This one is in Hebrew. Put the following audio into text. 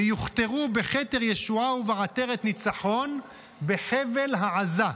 ויוכתרו בכתר ישועה ובעטרת ניצחון בחבל העזה,